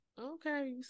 Okay